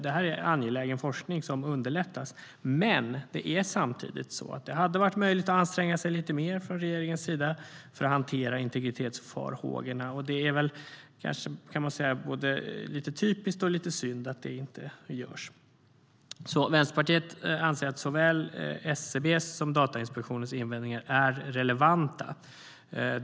Det här är angelägen forskning som underlättas, men samtidigt hade det varit möjligt att anstränga sig lite mer från regeringens sida för att hantera integritetsfarhågorna. Man kan väl säga att det både är lite typiskt och lite synd att det inte görs. Vänsterpartiet anser att såväl SCB:s som Datainspektionens invändningar är relevanta.